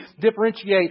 differentiate